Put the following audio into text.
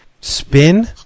spin